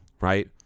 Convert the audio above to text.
Right